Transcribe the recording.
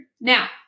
Now